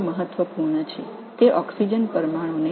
இது மூலக்கூறு ஆக்ஸிஜனை நீராக மாற்றுகிறது